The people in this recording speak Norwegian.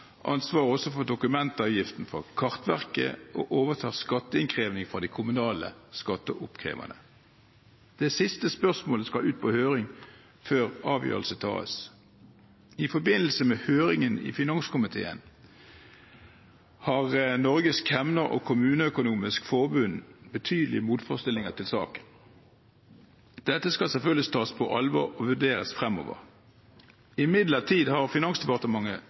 ansvaret for dokumentavgiften fra Kartverket og skatteinnkrevingen fra de kommunale skatteoppkreverne. Det siste spørsmålet skal ut på høring før avgjørelse tas. I forbindelse med høringen i finanskomiteen har Norges Kemner- og Kommuneøkonomers Forbund betydelige motforestillinger i saken. Dette skal selvfølgelig tas på alvor og vurderes fremover. Imidlertid har Finansdepartementet